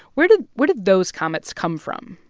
where did where did those comets come from?